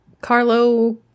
Carlo